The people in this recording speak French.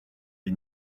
and